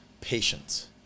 patience